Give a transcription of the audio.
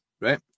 right